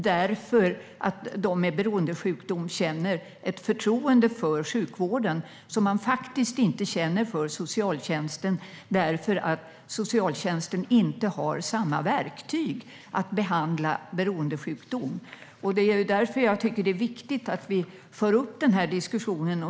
Personer med beroendesjukdom känner nämligen ett förtroende för sjukvården som de inte känner för socialtjänsten, då socialtjänsten inte har samma verktyg för att behandla beroendesjukdomar. Det är därför jag tycker att det är viktigt att vi för upp den här diskussionen.